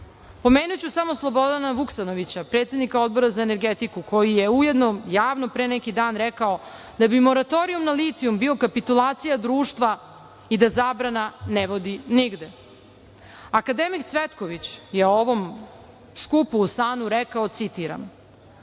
samo Slobodana Vuksanovića, predsednika Odbora za energetiku, koji je ujedno javno pre neki dan rekao da bi moratorijum na litijum bio kapitulacija društva i da zabrana ne vodi nigde. Akademik Cvetković je ovom skupu u SANU rekao, citiram